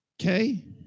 okay